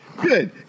Good